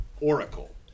Oracle